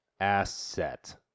Asset